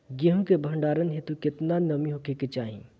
गेहूं के भंडारन हेतू कितना नमी होखे के चाहि?